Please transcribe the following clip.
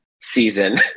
season